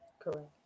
Correct